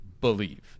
believe